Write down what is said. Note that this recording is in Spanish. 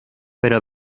pero